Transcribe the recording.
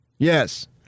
Yes